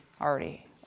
already